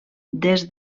des